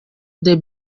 the